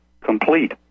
complete